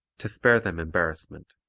to spare them embarrassment.